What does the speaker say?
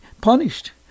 punished